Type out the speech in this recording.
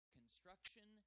construction